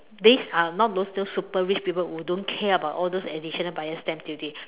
this uh now those those super rich people will don't care about all those additional buyer's stamp duty